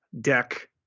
deck